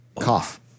Cough